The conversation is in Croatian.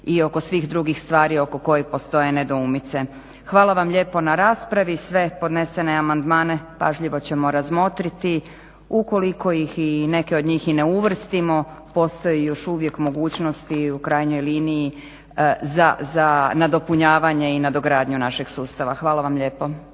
i oko svih drugih stvari oko koje postoje nedoumice. Hvala vam lijepo na raspravi. Sve podnesene amandmane pažljivo ćemo razmotriti, ukoliko ih neke od njih i ne uvrstimo postoji još uvijek mogućnost i u krajnjoj liniji za nadopunjavanje i nadogradnju našeg sustava. Hvala vam lijepo.